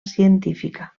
científica